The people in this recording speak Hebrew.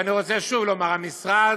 ואני רוצה שוב לומר, המשרד,